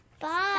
bye